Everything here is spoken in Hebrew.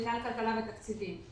למינהל כלכלה ותקציבים.